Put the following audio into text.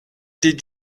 did